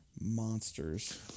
Monsters